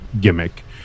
gimmick